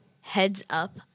heads-up